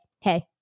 hey